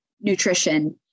nutrition